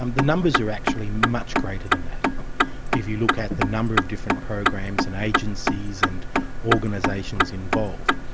um the numbers are actually much greater than that if you look at the number of different programs and agencies and organisations involved.